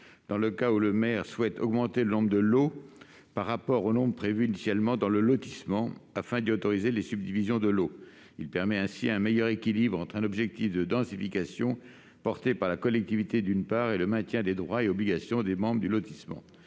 dans le cas où le maire souhaite augmenter le nombre de lots par rapport au nombre prévu initialement, afin d'autoriser les subdivisions. Cela permet ainsi un meilleur équilibre entre un objectif de densification, qui est celui de la collectivité, et le maintien des droits et obligations des membres du lotissement